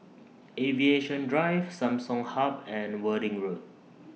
Aviation Drive Samsung Hub and Worthing Road